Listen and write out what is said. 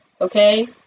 Okay